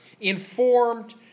informed